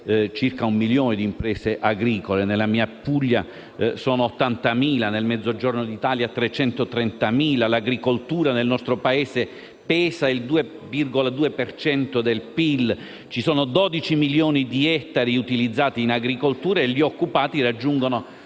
circa un milione di imprese agricole: nella mia Puglia sono 80.000; nel Mezzogiorno d'Italia sono 330.000. L'agricoltura nel nostro Paese pesa il 2,2 per cento del PIL; 12 milioni di ettari sono utilizzati in agricoltura e gli occupati raggiungono